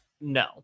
no